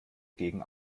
gegen